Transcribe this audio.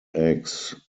eggs